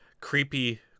creepy